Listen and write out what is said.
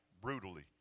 brutally